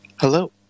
Hello